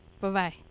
bye-bye